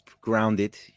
grounded